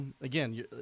Again